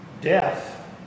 death